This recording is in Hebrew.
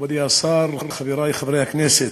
מכובדי השר, חברי חברי הכנסת,